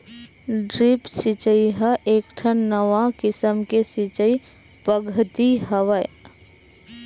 drip सिचई ह एकठन नवा किसम के सिचई पद्यति हवय